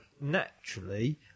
naturally